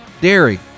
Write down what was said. dairy